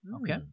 Okay